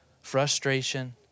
frustration